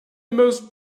most